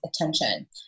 attention